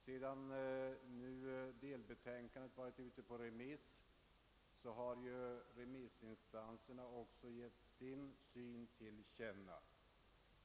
Sedan delbetänkandet varit ute på remiss har nu remissinstanserna givit sin syn till känna.